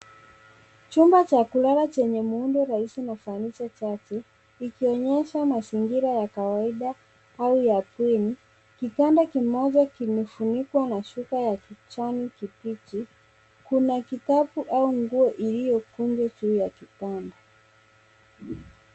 Chumba cha kulala chenye muundo rahisi na cha ncha chache, ikionyesha mazingira ya kawaida au ya bweni. Kitanda kimoja kimefunikwa na shuka ya kijani kibichi. Kuna kitabu au nguo iliyokunjwa juu ya kitanda.